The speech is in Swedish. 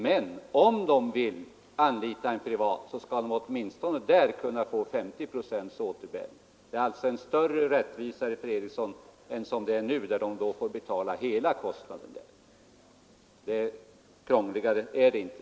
Men om de vill anlita en privattandläkare skall de åtminstone få 50 procents återbäring. Det är alltså en större rättvisa än som det är nu, då de får betala hela kostnaden hos privattandläkaren. Krångligare är det inte.